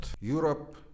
Europe